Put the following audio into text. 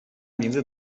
名字